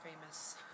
famous